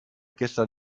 gestern